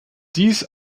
dies